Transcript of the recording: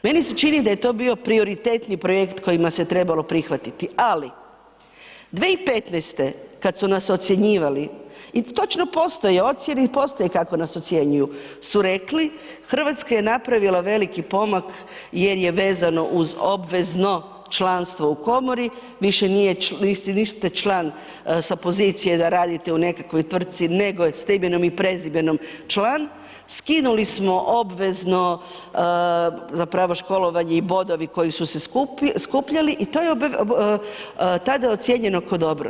Meni se čini da je to bio prioritetni projekt kojima se trebalo prihvatiti, ali 2015. kada su nas ocjenjivali i točno postoje ocjene i postoji kako nas ocjenjuju su rekli Hrvatska je napravila veliki pomak jer je vezano uz obvezno članstvo u komori više niste član sa pozicije da radite u nekakvoj tvrtci nego ste imenom i prezimenom član, skinuli smo obvezno školovanje i bodovi koji su se skupljali i to je tada ocijenjeno kao dobro.